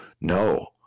no